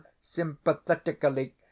sympathetically